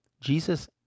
Jesus